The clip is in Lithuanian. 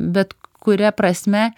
bet kuria prasme